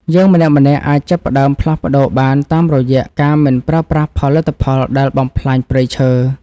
យើងម្នាក់ៗអាចចាប់ផ្តើមផ្លាស់ប្តូរបានតាមរយៈការមិនប្រើប្រាស់ផលិតផលដែលបំផ្លាញព្រៃឈើ។